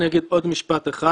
אני אגיד עוד משפט אחד,